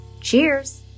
Cheers